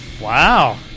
Wow